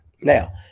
Now